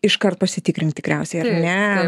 iškart pasitikrint tikriausiai ar ne